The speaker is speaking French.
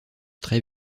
très